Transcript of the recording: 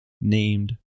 named